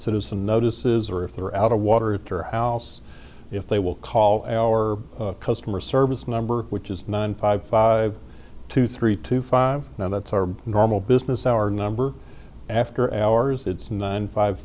citizen notices or if they're out of water at her house if they will call our customer service number which is nine five five two three two five now that's our normal business our number after hours it's nine five